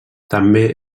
també